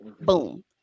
Boom